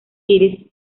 iris